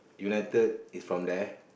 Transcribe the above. united is from there